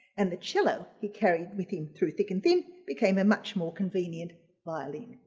and the cello he carried with him through thick and thin became a much more convenient violin.